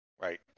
right